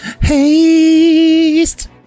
Haste